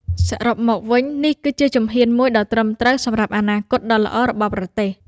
សរុបមកវិញ នេះគឺជាជំហានមួយដ៏ត្រឹមត្រូវសម្រាប់អនាគតដ៏ល្អរបស់ប្រទេស។